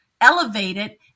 elevated